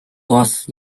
was